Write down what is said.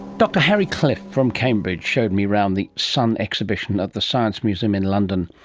dr harry cliff from cambridge showed me around the sun exhibition at the science museum in london.